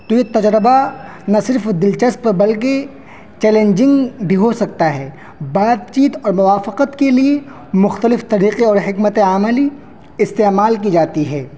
تو یہ تجربہ نہ صرف دلچسپ بلکہ چیلنجنگ بھی ہو سکتا ہے بات چیت اور موافقت کے لیے مختلف طریقے اور حکمت عملی استعمال کی جاتی ہے